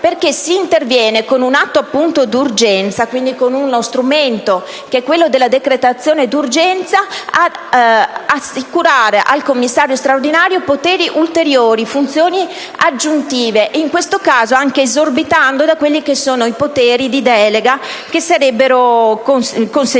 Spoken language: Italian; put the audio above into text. perché si interviene con un atto di urgenza (quindi con uno strumento che è quello della decretazione d'urgenza) ad assicurare al Commissario straordinario poteri ulteriori e funzioni aggiuntive, in questo caso anche esorbitando dai poteri di delega che sarebbero consentiti.